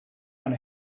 and